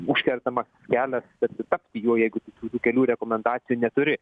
užkertamas kelias tarsi tapti juo jeigu tu tokių kelių rekomendacijų neturi